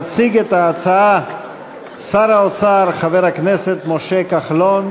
יציג את ההצעה שר האוצר, חבר הכנסת משה כחלון.